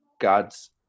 god's